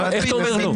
איך אתה אומר "לא"?